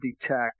detect